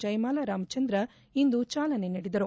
ಜಯಮಾಲಾ ರಾಮಚಂದ್ರ ಇಂದು ಚಾಲನೆ ನೀಡಿದರು